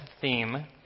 theme